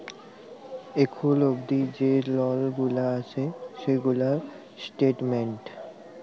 এখুল অবদি যে লল গুলা আসে সেগুলার স্টেটমেন্ট